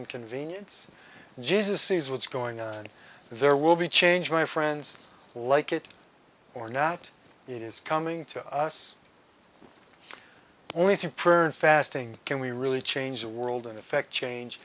and convenience jesus sees what's going on there will be change my friends like it or not it is coming to us only through prayer and fasting can we really change the world in effect change